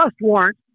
warrant